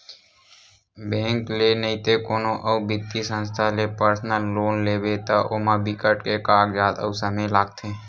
bank ले नइते कोनो अउ बित्तीय संस्था ले पर्सनल लोन लेबे त ओमा बिकट के कागजात अउ समे लागथे